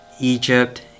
egypt